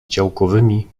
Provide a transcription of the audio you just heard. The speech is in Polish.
działkowymi